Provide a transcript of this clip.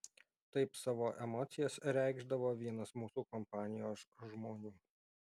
taip savo emocijas reikšdavo vienas mūsų kompanijos žmonių